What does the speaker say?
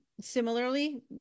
similarly